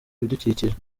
ibidukikije